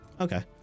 okay